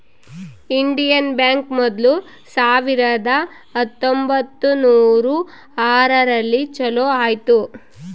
Indian bank ಮೊದ್ಲು ಸಾವಿರದ ಹತ್ತೊಂಬತ್ತುನೂರು ಆರು ರಲ್ಲಿ ಚಾಲೂ ಆಯ್ತು